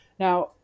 Now